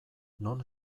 non